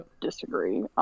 Disagree